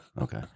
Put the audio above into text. Okay